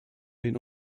den